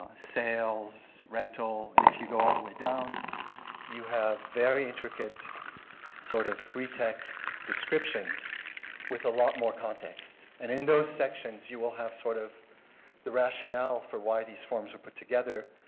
ah sales, rental and if you go all the way down you have very intricate sort of free text descriptions with a lot more context and in those sections you will have sort of the rational for why those forms are put together.